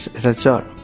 that's all,